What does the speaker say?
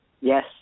Yes